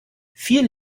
viel